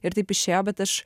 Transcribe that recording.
ir taip išėjo bet aš